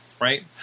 right